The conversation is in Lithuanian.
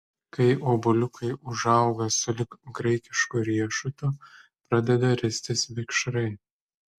kai obuoliukai užauga sulig graikišku riešutu pradeda ristis vikšrai